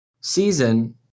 season